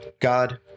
God